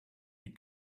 you